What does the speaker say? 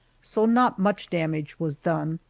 so not much damage was done.